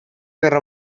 guerra